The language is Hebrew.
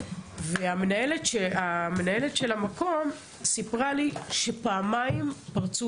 והמנהלת של המקום סיפרה לי שפעמיים פרצו